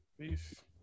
Peace